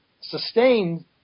sustained